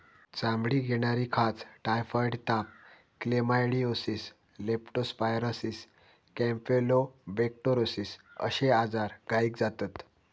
चामडीक येणारी खाज, टायफॉइड ताप, क्लेमायडीओसिस, लेप्टो स्पायरोसिस, कॅम्पलोबेक्टोरोसिस अश्ये आजार गायीक जातत